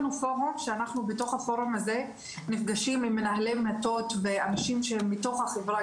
שאנחנו בתוך הפורום הזה נפגשים עם מנהלי מטות ואנשים שהם מתוך החברה,